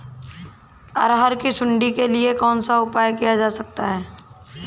अरहर की सुंडी के लिए कौन सा उपाय किया जा सकता है?